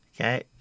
Okay